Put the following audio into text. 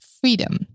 freedom